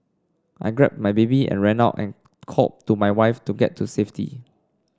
I grabbed my baby and ran out and called to my wife to get to safety